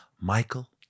michael